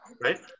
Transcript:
right